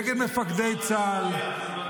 נגד מפקדי צה"ל,